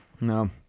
No